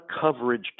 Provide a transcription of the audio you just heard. coverage